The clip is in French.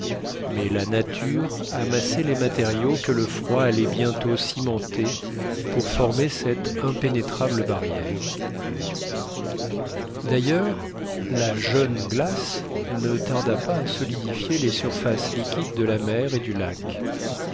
mais la nature amassait les matériaux que le froid allait bientôt cimenter pour former cette impénétrable barrière d'ailleurs la jeune glace ne tarda pas à solidifier les surfaces liquides de la mer et du lac